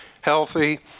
healthy